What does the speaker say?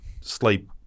sleep